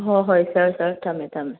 ꯍꯣꯏ ꯍꯣꯏ ꯁꯥꯔ ꯁꯥꯔ ꯊꯝꯃꯦ ꯊꯝꯃꯦ